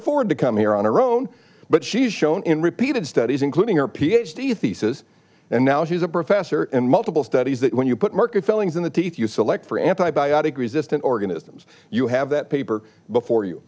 afford to come here on her own but she's shown in repeated studies including her ph d thesis and now she's a professor in multiple studies that when you put market fillings in the teeth you select for antibiotic resistant organisms you have that paper before you